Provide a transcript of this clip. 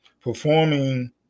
Performing